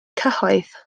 cyhoedd